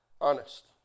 Honest